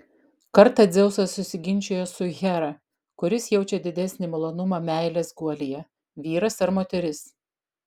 kartą dzeusas susiginčijo su hera kuris jaučia didesnį malonumą meilės guolyje vyras ar moteris